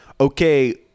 okay